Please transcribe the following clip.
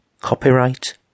Copyright